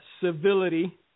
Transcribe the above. civility